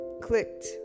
clicked